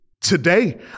today